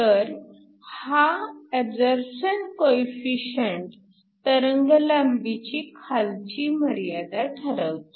तर हा absorption coefficient तरंगलांबीची खालची मर्यादा ठरवतो